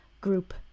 group